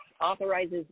authorizes